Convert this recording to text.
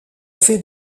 fait